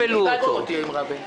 ישבתי עם שר האוצר ביום חמישי.